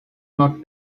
not